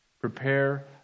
Prepare